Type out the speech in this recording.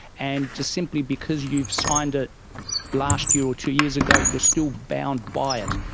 and just simply because you've signed it last year or two years ago you're still bound by it.